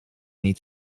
niet